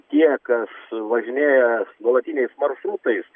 tie kas važinėjas nuolatiniais maršrutais